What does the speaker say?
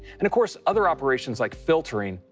and, of course, other operations like filtering,